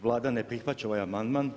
Vlada ne prihvaća ovaj amandman.